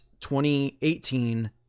2018